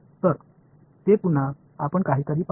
तर ते पुन्हा आपण काहीतरी पाहू